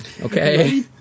Okay